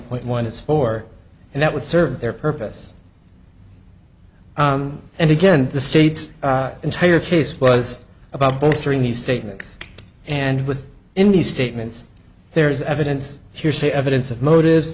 point one is for and that would serve their purpose and again the state's entire case was about bolstering these statements and with in these statements there is evidence here's the evidence of motives